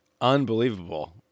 unbelievable